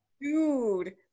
Dude